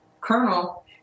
colonel